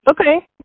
Okay